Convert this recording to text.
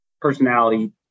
personality